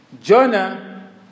Jonah